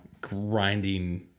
grinding